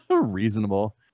Reasonable